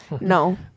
no